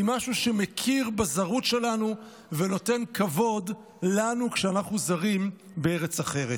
היא משהו שמכיר בזרות שלנו ונותן כבוד לנו כשאנחנו זרים בארץ אחרת.